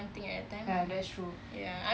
ya that's true